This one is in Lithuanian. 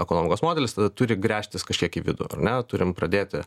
ekonomikos modelis turi gręžtis kažkiek į vidų ar ne turim pradėti